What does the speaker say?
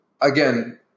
again